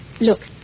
Look